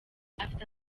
afite